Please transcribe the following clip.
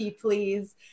please